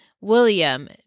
William